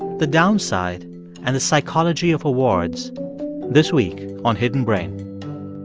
the downside and the psychology of awards this week on hidden brain